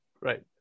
Right